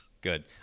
Good